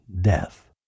death